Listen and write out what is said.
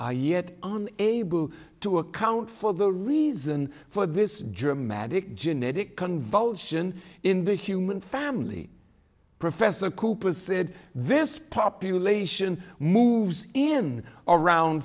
are yet on able to account for the reason for this dramatic genetic convulsion in the human family professor cooper said this population moves in around